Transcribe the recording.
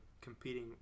competing